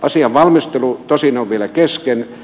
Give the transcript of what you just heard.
asian valmistelu tosin on vielä kesken